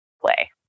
play